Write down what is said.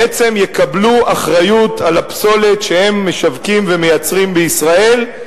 בעצם יקבלו אחריות על הפסולת שהם משווקים ומייצרים בישראל.